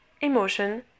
emotion